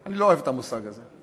אני לא אוהב את המושג הזה.